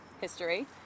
history